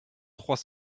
trois